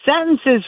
Sentences